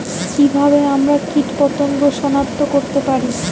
কিভাবে আমরা কীটপতঙ্গ সনাক্ত করতে পারি?